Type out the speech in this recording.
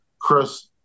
Chris